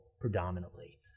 predominantly